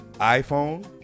iPhone